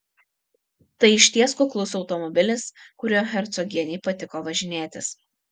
tai išties kuklus automobilis kuriuo hercogienei patiko važinėtis